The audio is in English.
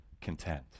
content